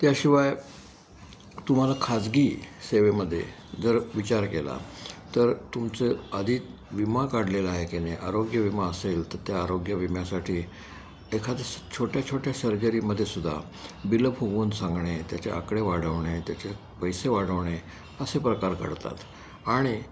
त्याशिवाय तुम्हाला खाजगी सेवेमध्ये जर विचार केला तर तुमचं आधी विमा काढलेला आहे की नाही आरोग्य विमा असेल तर त्या आरोग्य विम्यासाठी एखाद्या छोट्या छोट्या सर्जरीमध्ये सुद्धा बिलं फुगवून सांगणे त्याचे आकडे वाढवणे त्याचे पैसे वाढवणे असे प्रकार घडतात आणि